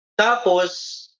Tapos